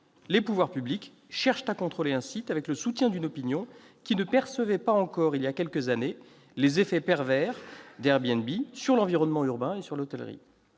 les pouvoirs publics cherchent à contrôler la plateforme, avec le soutien d'une opinion qui ne percevait pas encore, il y a quelques années, les effets pervers d'Airbnb sur l'environnement urbain et sur l'hôtellerie.